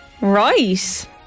Right